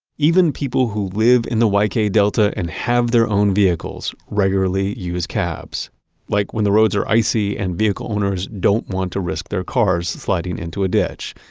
even people who live in the y k delta and have their own vehicles regularly use cabs like when the roads are icy and vehicle owners don't want to risk their cars sliding into a ditch.